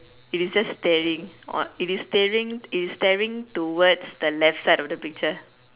it is just staring on it is staring it's staring towards the left side of the picture